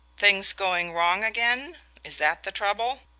things going wrong again is that the trouble?